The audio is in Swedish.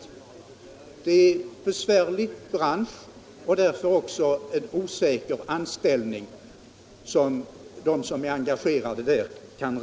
Det är en besvärlig bransch, och därför kan också de engagerade där räkna med en osäker anställning.